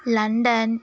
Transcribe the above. London